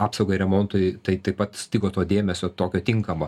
apsaugai remontui tai taip pat stigo to dėmesio tokio tinkamo